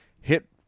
hit